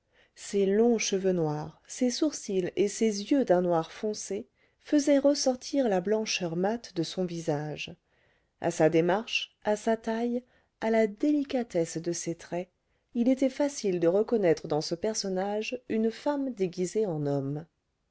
ses longs cheveux ses sourcils et ses yeux d'un noir foncé faisaient ressortir la blancheur mate de son visage à sa démarche à sa taille à la délicatesse de ses traits il était facile de reconnaître dans ce personnage une femme déguisée en homme